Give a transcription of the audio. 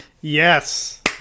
Yes